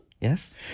Yes